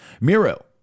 Miro